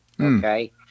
Okay